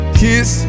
kiss